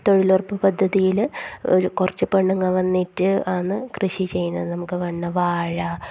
തൊഴിലുറപ്പ് പദ്ധതിയിൽ ഒരു കുറച്ച് പെണ്ണുങ്ങൾ വന്നിട്ട് ആണ് കൃഷി ചെയ്യുന്നത് നമുക്ക് വന്ന് വാഴ